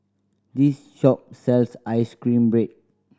this shop sells ice cream bread